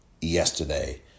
yesterday